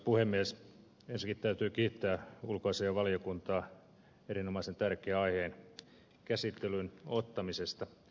ensinnäkin täytyy kiittää ulkoasiainvaliokuntaa erinomaisen tärkeän aiheen käsittelyyn ottamisesta